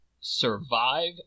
survive